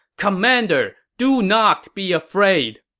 commander, do not be afraid!